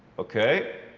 okay.